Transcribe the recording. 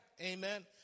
Amen